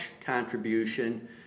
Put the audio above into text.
contribution